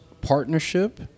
partnership